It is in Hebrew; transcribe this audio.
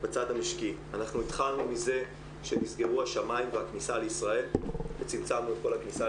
אנחנו כמובן, במשרד האוצר, וחשוב להגיד.